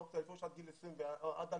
מיידית ויש להם את האופציה לפרוש עד 2024,